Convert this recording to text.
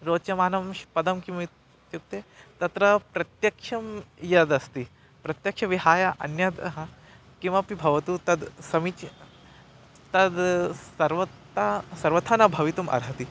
रोचमानं पदं किम् इत्युक्ते तत्र प्रत्यक्षं यदस्ति प्रत्यक्षं विहाय अन्यद् ह किमपि भवतु तद् समीचीनं तद् सर्वदा सर्वथा न भवितुम् अर्हति